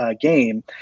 Game